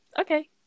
okay